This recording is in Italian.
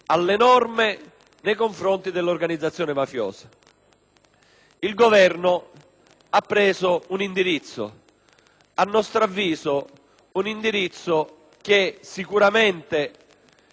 Il Governo ha preso un indirizzo che a nostro avviso sicuramente va nella direzione degli emendamenti che abbiamo proposto,